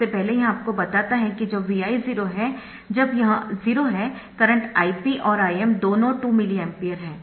सबसे पहले यह आपको बताता है कि जब Vi 0 है जब यह 0 है करंट Ip और Im दोनों 2 mA है